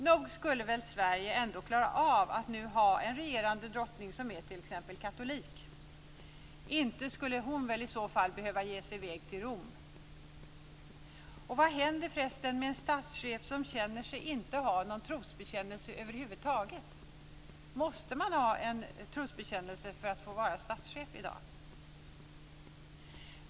Nog skulle väl Sverige ändå klara av att ha en regerande drottning som är t.ex. katolik? Inte skulle hon väl i så fall behöva ge sig i väg till Rom? Vad händer för resten med en statschef som känner sig inte ha någon trosbekännelse över huvud taget? Måste man ha en trosbekännelse för att få vara statschef i dag?